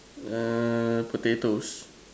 err potatoes